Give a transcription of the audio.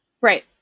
Right